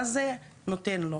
מה זה נותן לו?